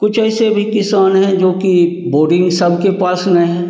कुछ ऐसे भी किसान हैं जो की बोरिंग सबके पास में है